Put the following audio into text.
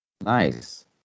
nice